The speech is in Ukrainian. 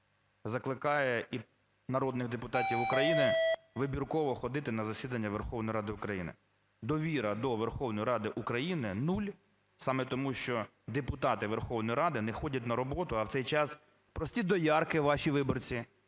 Закликає народних депутатів України вибірково ходити на засідання Верховної Ради України. Довіра до Верховної Ради України – нуль саме тому, що депутати Верховної Ради не ходять на роботу. А в цей час прості доярки, ваші виборці,